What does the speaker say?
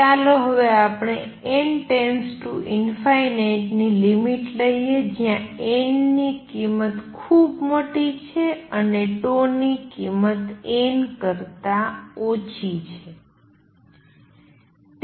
ચાલો હવે આપણે n →∞ ની લિમિટ લઈએ જ્યાં n ની કિમત ખૂબ મોટી છે અને ની કિમત n કરતા ઘણી ઓછી છે